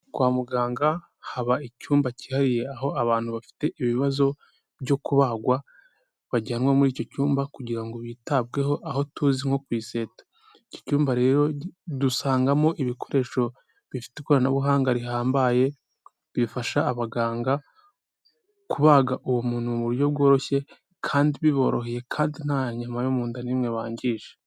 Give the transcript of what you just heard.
Kwa muganga haba icyumba cyihariye aho abantu bafite ibibazo byo kubagwa bajyanwa muri icyo cyumba kugira bitabweho aho tuzi nko kwiseta iki cyumba rero dusangamo ibikoresho bifite ikoranabuhanga rihambaye bifasha abaganga kubaga uwo muntu mu buryo bworoshye kandi biboroheye kandi nta nyama yo mu nda n'imwe bangije.